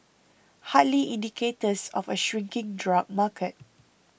hardly indicators of a shrinking drug market